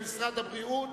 משרד הבריאות,